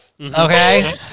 Okay